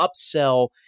upsell